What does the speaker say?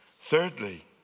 Thirdly